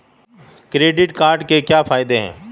Credit card के क्या फायदे हैं?